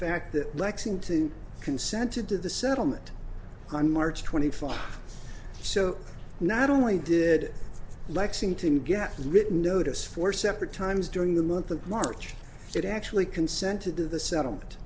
fact that lexington consented to the settlement on march twenty five so not only did lexington get written notice four separate times during the month of march it actually consented to the settlement